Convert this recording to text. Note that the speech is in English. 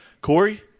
Corey